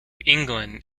england